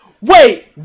Wait